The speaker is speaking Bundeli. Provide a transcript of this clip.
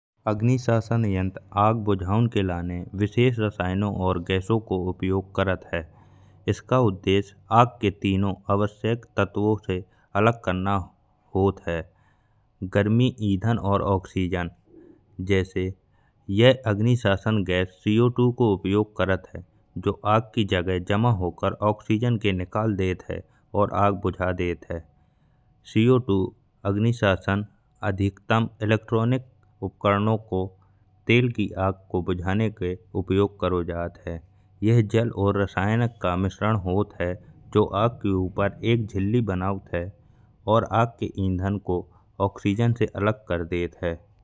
अग्निशमन यंत्र आग बुझाउन के लिए विशेष रासायनों और गैसों को प्रयोग करति है। इसका उद्देश्य आग के तीनों आवश्यक तत्व अलग करना होत है—गरमी, ईंधन और ऑक्सीजन। जैसे यह अग्निशमन गैस सी ओ टू को उपयोग करती है, जो आग की जगह जमा होकर ऑक्सीजन के निकाल देत है और आग बुझा देत है। सी ओ टू अग्निशमन अधिकतम इलेक्ट्रॉनिक उपकरणों को तेल की आग को बुझाने के उपयोग करो जात है। यह जल और रासायनिक को मिलाकर होत है, जो आग के ऊपर एक झिल्ली बनौत है और आग के ईंधन को ऑक्सीजन से अलग कर देत है।